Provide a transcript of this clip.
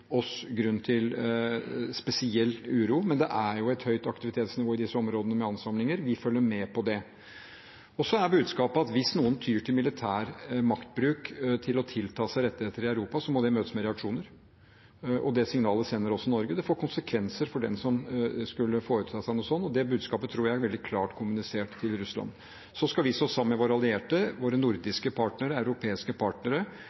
oss grunn til spesiell uro. Men det er jo et høyt aktivitetsnivå i disse områdene med ansamlinger, og vi følger med på det. Så er budskapet at hvis noen tyr til militær maktbruk for å tilta seg rettigheter i Europa, må det møtes med reaksjoner, og det signalet sender også Norge. Det får konsekvenser for den som skulle foreta seg noe sånt, og det budskapet tror jeg er veldig klart kommunisert til Russland. Vi skal stå sammen med våre allierte, våre nordiske og europeiske partnere